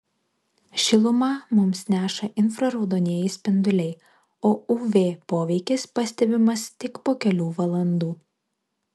šilumą mums neša infraraudonieji spinduliai o uv poveikis pastebimas tik po kelių valandų